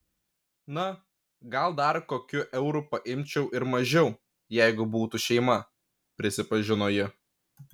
na gal dar kokiu euru paimčiau ir mažiau jeigu būtų šeima prisipažino ji